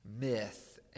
myth